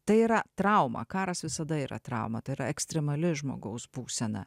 tai yra trauma karas visada yra trauma tai yra ekstremali žmogaus būsena